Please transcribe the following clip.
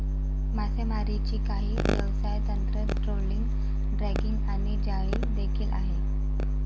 मासेमारीची काही व्यवसाय तंत्र, ट्रोलिंग, ड्रॅगिंग आणि जाळी देखील आहे